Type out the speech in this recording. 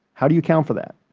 how do you account for that?